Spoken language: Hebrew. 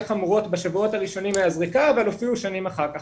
חמורות בשבועות הראשונים מהזריקה אבל הופיעו שנים אחר כך.